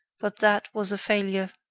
but that was a failure.